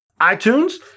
iTunes